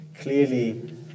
clearly